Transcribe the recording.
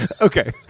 Okay